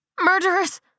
Murderers